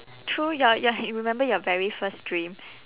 through your your you remember your very first dream